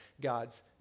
God's